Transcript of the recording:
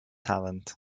talent